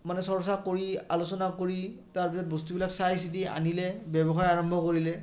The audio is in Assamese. মানে চৰ্চা কৰি আলোচনা কৰি তাৰপিছত বস্তুবিলাক চাই চিটি আনিলে ব্যৱসায় আৰম্ভ কৰিলে